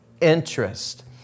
interest